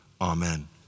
Amen